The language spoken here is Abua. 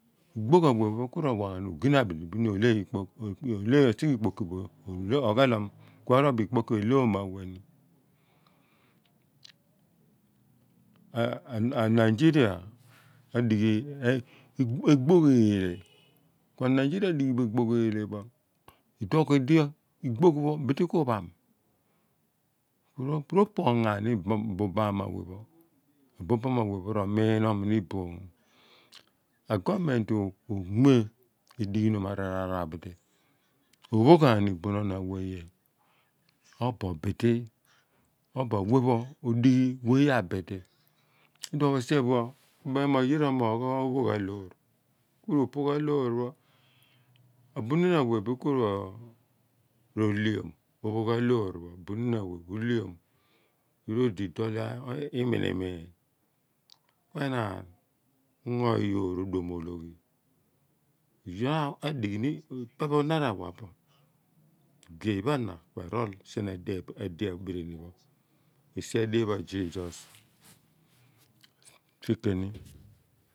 Igboogh gha we pho ku ro wa ghan no ogina abidi bin oleh, osighe ikoki pho oghelan kue ri obooh ikpoki pho llo onwagh wea a nigeria adighi egboogh eeleh kuiduo pho a nigeria adighi bo egboogh eelah pho ighoog bidi ku pham, ro poghoom ghan bu bam awe pho buban awea pho ro mie na ni iboom, a government okpe idighi nom araar pho abidi ophoogh ghani bunun awea obooh awea pho̱ odighi yea abidi iduoho sien pho obeen mo yita omoogh opogh a loor ku ro pogha looṟ pho̱ abuni in a wea nin ko ro liom opho gha loor pho ro lion, oye pho odi doal iminimiin enaan lingo iyoor oduom ologhi odi a difhi ni lpe pho na rawa no lgey pho a na erool li sien a de pho esia dien pho a zisos